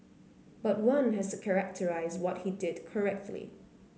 but one has to characterise what he did correctly